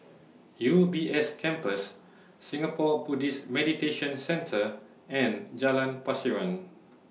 U B S Campus Singapore Buddhist Meditation Centre and Jalan Pasiran